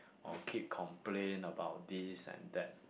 or keep complain about this and that